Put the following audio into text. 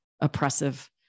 oppressive